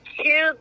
two